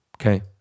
Okay